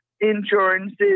insurances